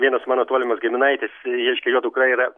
vienas mano tolimas giminaitis reiškia jo dukra yra